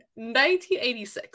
1986